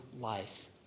life